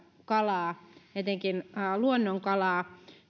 kalaa etenkin luonnonkalaa